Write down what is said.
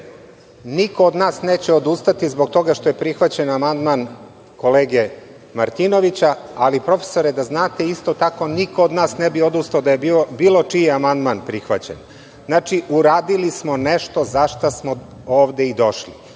Kažu – niko od nas neće odustati zbog toga što je prihvaćen amandman kolege Martinovića, ali profesore da znate isto tako niko od nas ne bi odustao da je bio bilo čiji amandman prihvaćen. Znači, uredili smo nešto za šta smo ovde i došli.